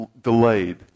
delayed